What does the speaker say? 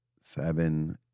seven